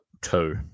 Two